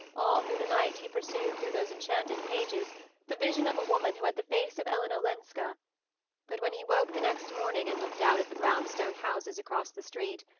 all through the night he pursued through those enchanted pages the vision of a woman who had the face of ellen olenska but when he woke the next morning, and looked out at the brownstone houses across the street,